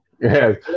Yes